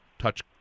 touch